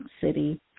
city